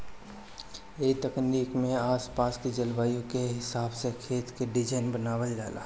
ए तकनीक में आस पास के जलवायु के हिसाब से खेत के डिज़ाइन बनावल जाला